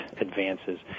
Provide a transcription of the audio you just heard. advances